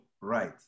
right